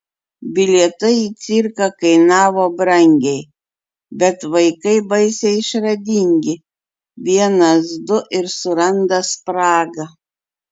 bilietai į cirką kainavo brangiai bet vaikai baisiai išradingi vienas du ir suranda spragą